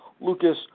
Lucas